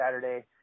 Saturday